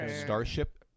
Starship